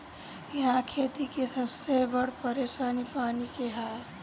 इहा खेती के सबसे बड़ परेशानी पानी के हअ